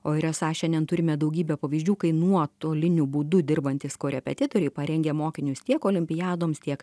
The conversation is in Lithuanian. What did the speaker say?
o ir esą šiandien turime daugybę pavyzdžių kai nuotoliniu būdu dirbantys korepetitoriai parengia mokinius tiek olimpiadoms tiek